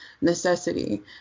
necessity